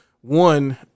one